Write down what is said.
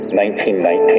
1919